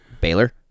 Baylor